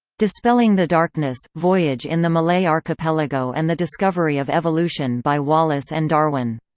dispelling the darkness, voyage in the malay archipelago and the discovery of evolution by wallace and darwin.